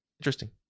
Interesting